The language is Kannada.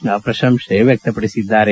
ಕೃಷ್ಣ ಪ್ರಶಂಸೆ ವ್ಯಕ್ತಪಡಿಸಿದ್ದಾರೆ